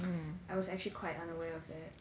I was actually quite unaware of that